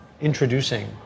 introducing